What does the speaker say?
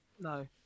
no